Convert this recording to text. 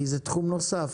זה תחום נוסף.